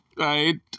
Right